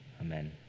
Amen